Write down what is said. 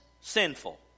sinful